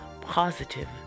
positive